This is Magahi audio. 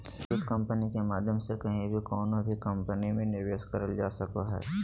वित्त कम्पनी के माध्यम से कहीं भी कउनो भी कम्पनी मे निवेश करल जा सको हय